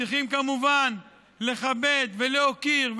צריכים כמובן לכבד ולהוקיר,